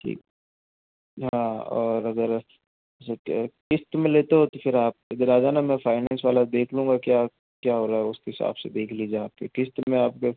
ठीक या और अगर सेकंड क़िस्त में लेते हो तो फिर आप इधर आ जाना में फाइनेंस वाला देख लूँगा क्या क्या हो रहा उस हिसाब से देख लीजिए आप भी क़िस्त में आपके